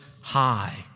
High